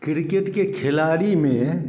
cricket के खिलाड़ी में